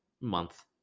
month